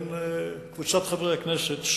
ובין קבוצת חברי הכנסת,